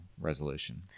resolution